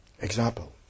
example